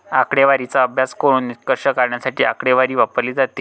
आकडेवारीचा अभ्यास करून निष्कर्ष काढण्यासाठी आकडेवारी वापरली जाते